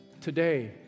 today